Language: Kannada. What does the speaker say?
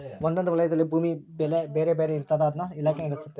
ಒಂದೊಂದು ವಲಯದಲ್ಲಿ ಭೂಮಿ ಬೆಲೆ ಬೇರೆ ಬೇರೆ ಇರ್ತಾದ ಅದನ್ನ ಇಲಾಖೆ ನಿರ್ಧರಿಸ್ತತೆ